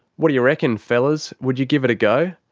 what do you reckon fellas, would you give it a go?